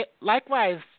Likewise